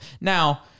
now